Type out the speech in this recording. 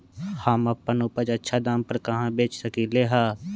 हम अपन उपज अच्छा दाम पर कहाँ बेच सकीले ह?